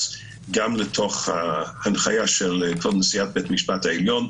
גם להנחיה של כבוד נשיאת בית המשפט העליון,